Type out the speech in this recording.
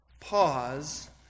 pause